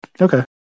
Okay